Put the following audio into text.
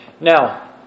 Now